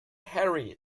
harry